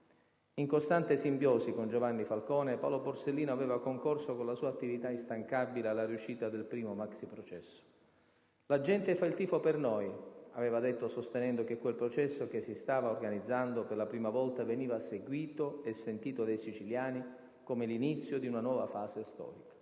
In costante simbiosi con Giovanni Falcone, Paolo Borsellino aveva concorso con la sua attività instancabile alla riuscita del primo maxiprocesso. "La gente fa il tifo per noi", aveva detto sentendo che quel processo che si stava organizzando per la prima volta veniva seguito e sentito dai siciliani come l'inizio di una nuova fase storica.